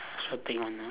sure take one ah